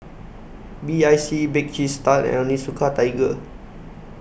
B I C Bake Cheese Tart and Onitsuka Tiger